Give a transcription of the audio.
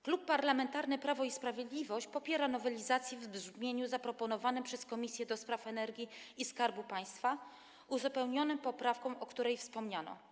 Klub Parlamentarny Prawo i Sprawiedliwość popiera nowelizację w brzmieniu zaproponowanym przez Komisję do Spraw Energii i Skarbu Państwa, uzupełnionym poprawką, o której wspomniano.